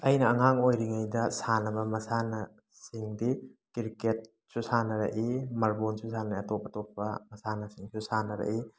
ꯑꯩꯅ ꯑꯉꯥꯡ ꯑꯣꯏꯔꯤꯉꯩꯗ ꯁꯥꯟꯅꯕ ꯃꯁꯥꯟꯅ ꯁꯤꯡꯗꯤ ꯀ꯭ꯔꯤꯀꯦꯠꯁꯨ ꯁꯥꯟꯅꯔꯛꯏ ꯃꯥꯔꯕꯣꯟꯁꯨ ꯁꯥꯟꯅꯩ ꯑꯇꯣꯞ ꯑꯇꯣꯞꯄ ꯃꯁꯥꯟꯅꯁꯤꯡꯁꯨ ꯁꯥꯟꯅꯔꯛꯏ